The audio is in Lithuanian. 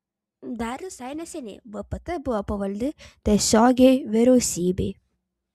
dar visai neseniai vpt buvo pavaldi tiesiogiai vyriausybei